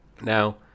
now